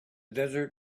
desert